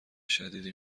شدیدی